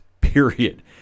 period